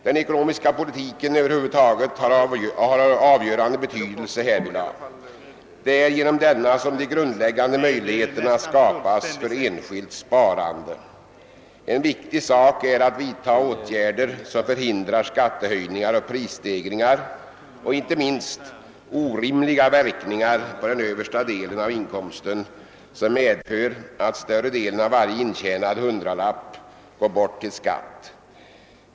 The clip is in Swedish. Den ekonomiska politiken över huvud taget har avgörande betydelse härvidlag. Det är genom denna som de grundläggande möjligheterna skapas för enskilt sparande. En viktig sak är att vidta åtgärder som förhindrar skattehöjningar och prisstegringar och inte minst orimliga verkningar på den översta delen av inkomsten, som medför att större delen av varje intjänad hundralapp går till skatt.